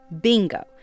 bingo